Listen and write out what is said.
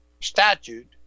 Statute